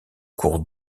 cours